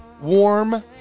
warm